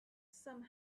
some